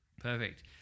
perfect